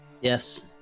Yes